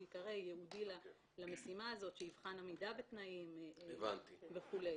ייקרא - ייעודי למשימה הזאת שיבחן עמידה בתנאים וכולי.